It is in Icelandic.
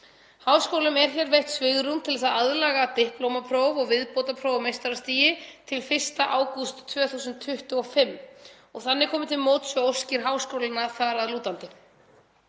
Háskólum er veitt svigrúm til að aðlaga diplómapróf og viðbótarpróf á meistarastigi til 1. ágúst 2025 og þannig komið til móts við óskir háskólanna þar að lútandi.